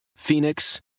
Phoenix